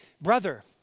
Brother